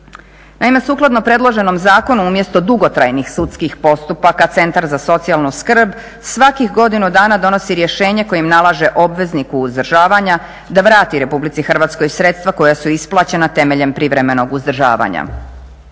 Naime, sukladno predloženom zakonu umjesto dugotrajnih sudskih postupaka Centar za socijalnu skrb svakih godinu dana donosi rješenje kojim nalaže obvezniku uzdržavanja da vrati Republici Hrvatskoj sredstva koja su isplaćena temeljem privremenog uzdržavanja.